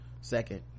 second